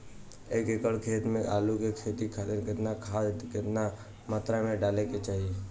एक एकड़ खेत मे आलू के खेती खातिर केतना खाद केतना मात्रा मे डाले के चाही?